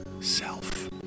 self